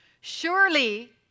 surely